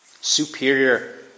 Superior